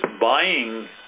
buying